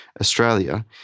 Australia